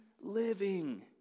living